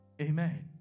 Amen